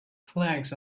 flags